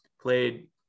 played